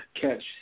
catch